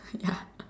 ya